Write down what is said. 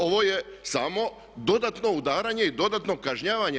Ovo je samo dodatno udaranje i dodatno kažnjavanje.